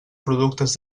productes